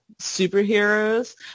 superheroes